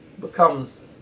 becomes